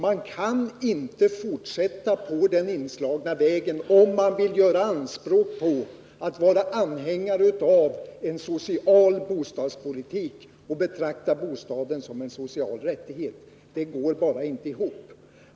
Man kan inte fortsätta på den inslagna vägen, om man vill göra anspråk på att vara anhängare av en social bostadspolitik och på att betrakta bostaden som en social rättighet. Det går bara inte ihop.